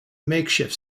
makeshift